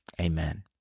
Amen